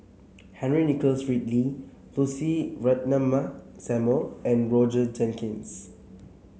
Henry Nicholas Ridley Lucy Ratnammah Samuel and Roger Jenkins